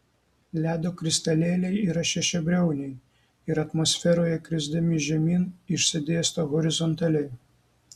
ledo kristalėliai yra šešiabriauniai ir atmosferoje krisdami žemyn išsidėsto horizontaliai